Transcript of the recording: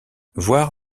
voir